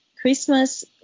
Christmas